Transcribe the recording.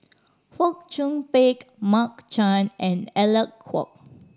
Fong Chong Pik Mark Chan and Alec Kuok